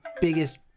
biggest